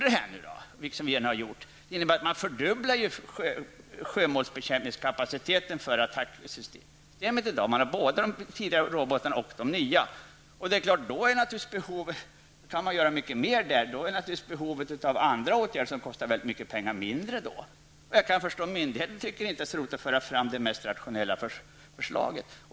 Det som vi nu har gjort innebär att sjömålsbekämpningskapaciteten för attacksystemet har fördubblats genom att vi har både de tidigare robotarna och de nya. Detta gör naturligtvis att behovet av andra åtgärder, som kostar väldigt mycket pengar, är mindre. Jag kan förstå att myndigheterna inte tycker att det är så roligt att föra fram det mest rationella förslaget.